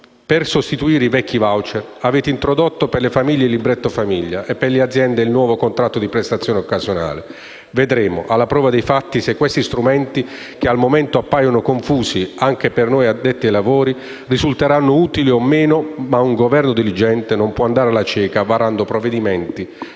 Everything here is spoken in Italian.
Per sostituire i vecchi *voucher* avete introdotto, per le famiglie, il libretto famiglia e, per le aziende, il nuovo contratto di prestazione occasionale. Vedremo alla prova dei fatti se questi strumenti, che al momento appaiono confusi anche per noi addetti ai lavori, risulteranno utili o no. Tuttavia, un Governo diligente non può andare alla cieca varando provvedimenti